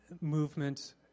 movement